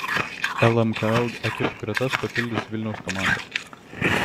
lmkl ekipų gretas papildys vilniaus komanda